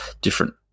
different